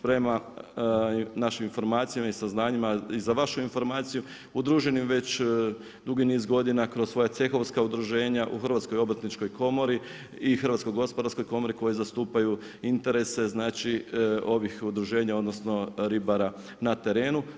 Prema našim informacijama i saznanjima i za vašu informaciju udruženi već dugi niz godina kroz svoja cehovska udruženja u Hrvatskoj obrtničkoj komori i Hrvatskoj gospodarskoj komori koji zastupaju interese ovih udruženja odnosno, ribara na terenu.